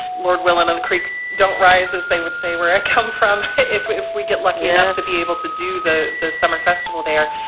lord willen of the creek don't rise as they would say where i come from. if if we get lucky enough to be able to do the the summer festival there,